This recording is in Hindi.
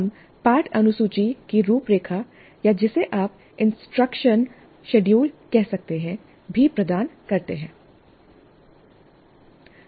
हम पाठ अनुसूची की रूपरेखा या जिसे आप इंस्ट्रक्शंस शेड्यूल कह सकते हैं भी प्रदान करते हैं